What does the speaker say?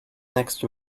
next